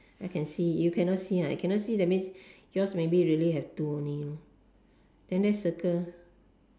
I can see you cannot see ah if cannot see that means yours maybe really have two only lor then let's circle